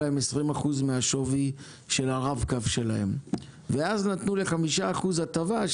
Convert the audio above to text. למעשה לקחו להם 20% מהשווי של הרב-קו שלהם ואז נתנו ל-5% הטבה,